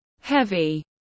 heavy